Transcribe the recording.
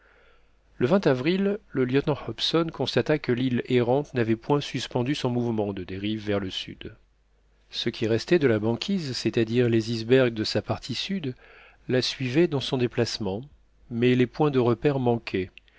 le avril le lieutenant hobson constata que l'île errante n'avait point suspendu son mouvement de dérive vers le sud ce qui restait de la banquise c'est-à-dire les icebergs de sa partie sud la suivaient dans son déplacement mais les points de repère manquaient